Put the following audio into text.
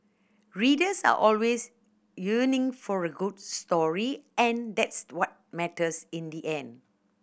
readers are always yearning for a good story and that's what matters in the end